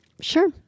Sure